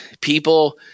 people